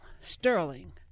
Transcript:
Sterling